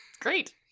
Great